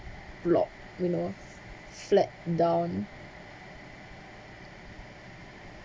rock you know flat down